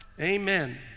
amen